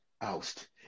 oust